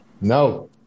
no